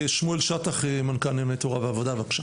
שמואל שטח, מנכ"ל נאמני תורה ועבודה, בבקשה.